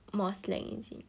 more slack is it